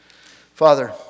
Father